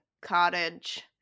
cottage